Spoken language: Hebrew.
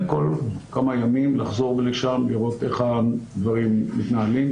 כל כמה ימים לחזור לשם לראות איך הדברים מתנהלים.